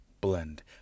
blend